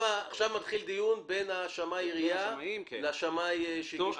מתחיל דיון בין השמאי של העירייה לשמאי שהגיש את השומה הנגדית.